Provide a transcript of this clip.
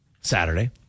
Saturday